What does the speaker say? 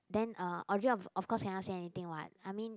then uh Audrey of of course cannot say anything [what] I mean